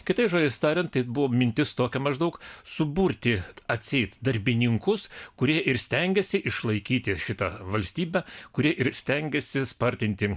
kitais žodžiais tariant tai buvo mintis tokia maždaug suburti atseit darbininkus kurie ir stengiasi išlaikyti šitą valstybę kuri ir stengiasi spartinti